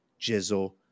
jizzle